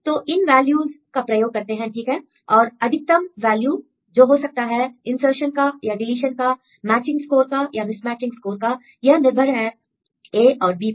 तो इन वैल्यूज़ का प्रयोग करते हैं ठीक है और अधिकतम वैल्यू जो हो सकता है इन्सर्शन् का या डीलीशन का मैचिंग स्कोर का या मिसमैचिंग स्कोर का यह निर्भर है a और b पर